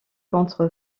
contre